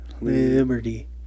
Liberty